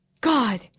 God